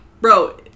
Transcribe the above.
bro